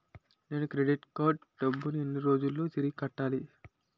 నేను credit card డబ్బును ఎన్ని రోజుల్లో తిరిగి కట్టాలి?